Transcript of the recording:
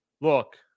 look